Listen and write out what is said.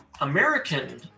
American